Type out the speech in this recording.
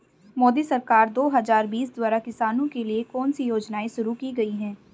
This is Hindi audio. मोदी सरकार दो हज़ार बीस द्वारा किसानों के लिए कौन सी योजनाएं शुरू की गई हैं?